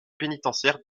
pénitentiaire